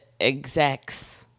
execs